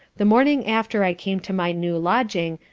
the morning after i came to my new lodging,